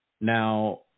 Now